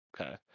okay